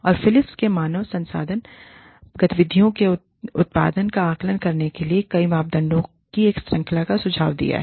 और फिलिप्स ने मानव संसाधन गतिविधियों के उत्पादन का आकलन करने के लिए कई मापदंडों की एक श्रृंखला या सुझाव दिया है